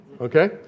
Okay